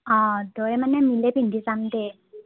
অঁ দুয়ো মানে মিলি পিন্ধি যাম দে